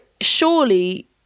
surely